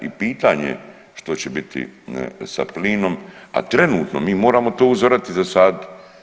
I pitanje je što će biti sa plinom, a trenutno mi moramo to uzorati, zasaditi.